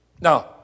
Now